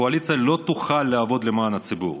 הקואליציה לא תוכל לעבוד למען הציבור.